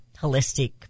holistic